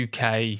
UK